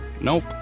Nope